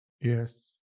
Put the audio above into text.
Yes